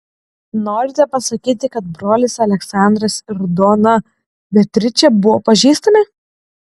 norite pasakyti kad brolis aleksandras ir dona beatričė buvo pažįstami